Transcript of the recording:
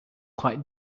quite